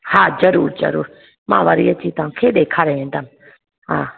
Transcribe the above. हा ज़रूरु ज़रूर मां वरी अची तव्हांखे ॾेखारे वेंदमि हा